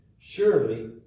Surely